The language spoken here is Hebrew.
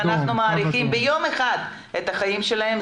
אנחנו מאריכים ולו ביום אחד את חייהם,